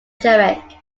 chirac